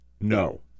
No